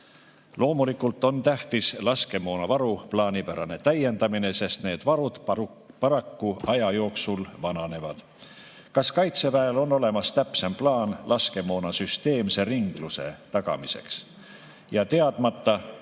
Loomulikult on tähtis laskemoona varu plaanipärane täiendamine, sest need varud paraku aja jooksul vananevad. Kas Kaitseväel on olemas täpsem plaan laskemoona süsteemse ringluse tagamiseks? Ja teadmata,